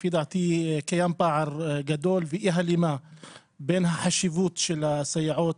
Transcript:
לפי דעתי קיים פער גדול ואי הלימה בין החשיבות של הסייעות,